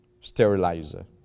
sterilizer